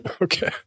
Okay